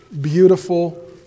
beautiful